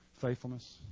faithfulness